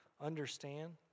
understand